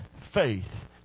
faith